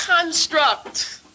construct